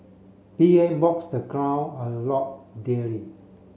P M walks the ground a lot daily